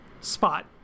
spot